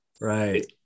Right